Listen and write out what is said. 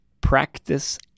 practice